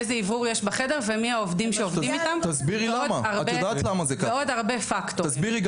איזה אוורור יש בחדר ומי העובדים שעובדים איתם ועוד הרבה פקטורים.